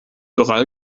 ural